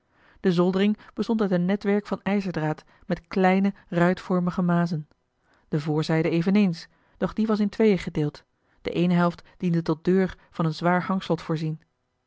de zoldering bestond uit een netwerk van ijzerdraad met kleine ruitvormige mazen de voorzijde eveneens doch die was in tweeën gedeeld de eene helft diende tot deur van een zwaar hangslot voorzien